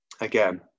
again